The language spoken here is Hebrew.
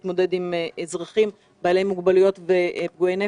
המתמודד עם אזרחים בעלי מוגבלויות ופגועי נפש.